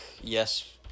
yes